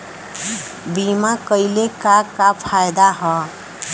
बीमा कइले का का फायदा ह?